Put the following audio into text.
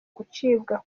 gucibwa